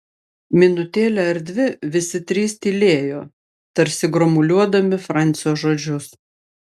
minutėlę ar dvi visi trys tylėjo tarsi gromuliuodami francio žodžius